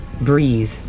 Breathe